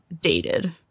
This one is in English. dated